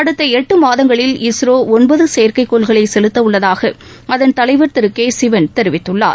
அடுத்த எட்டு மாதங்களில் இஸ்ரோ ஒன்பது செயற்கைக்கோள்களை செலுத்தவுள்ளதாக அதன் தலைவர் திரு கே சிவன் தெரிவித்துள்ளார்